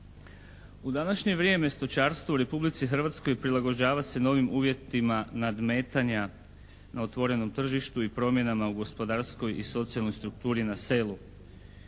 U današnje vrijeme stočarstvo u Republici Hrvatskoj prilagođava se novim uvjetima nadmetanja na otvorenom tržištu i promjenama u gospodarskoj i socijalnoj strukturi na selu.